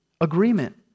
agreement